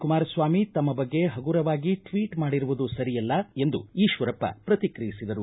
ಕುಮಾರಸ್ವಾಮಿ ತಮ್ಮ ಬಗ್ಗೆ ಹಗುರವಾಗಿ ಟ್ವೀಟ್ ಮಾಡಿರುವುದು ಸರಿಯಲ್ಲ ಎಂದು ಈಕ್ವರಪ್ಪ ಪ್ರತಿಕ್ರಿಯಿಸಿದರು